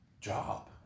job